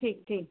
ठीक ठीक